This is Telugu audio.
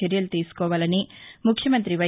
చర్యలు తీసుకోవాలని ముఖ్యమంతి వై